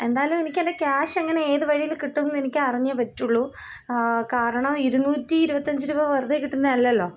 എന്തായാലും എനിക്ക് എൻ്റെ ക്യാഷ് എങ്ങനെ ഏത് വഴിയില് കിട്ടുമെന്ന് എനിക്കറിഞ്ഞേ പറ്റുകയുള്ളൂ കാരണം ഇരുന്നൂറ്റിയിരുപത്തിയഞ്ചു രൂപ വെറുതെ കിട്ടുന്നതല്ലല്ലോ